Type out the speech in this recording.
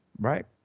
right